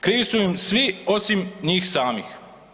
Krivi su im svi osim njih samih.